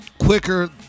quicker